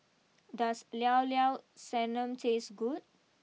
does Llao Llao Sanum taste good